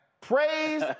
Praise